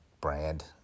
brand